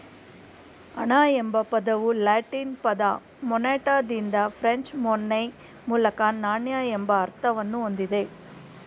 ಹಣ ಎಂಬ ಪದವು ಲ್ಯಾಟಿನ್ ಪದ ಮೊನೆಟಾದಿಂದ ಫ್ರೆಂಚ್ ಮೊನ್ಯೆ ಮೂಲಕ ನಾಣ್ಯ ಎಂಬ ಅರ್ಥವನ್ನ ಹೊಂದಿದೆ